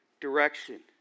direction